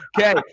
Okay